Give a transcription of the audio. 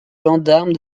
gendarmes